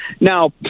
Now